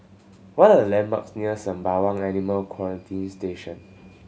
what are the landmarks near Sembawang Animal Quarantine Station